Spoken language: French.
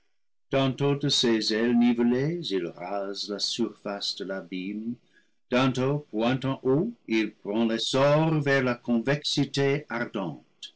ses ailes nivelées il rase la surface de t abîme tantôt pointant haut il prend l'essor vers la convexité